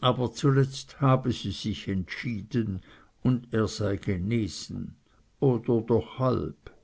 aber zuletzt habe sie sich entschieden und er sei genesen oder doch halb